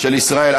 של ישראל.